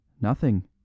Nothing